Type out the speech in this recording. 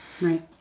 Right